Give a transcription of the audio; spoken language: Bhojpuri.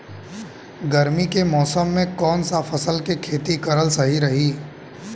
गर्मी के मौषम मे कौन सा फसल के खेती करल सही रही?